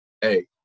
hey